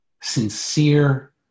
sincere